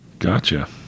Gotcha